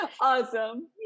Awesome